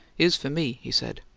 is for me, he said.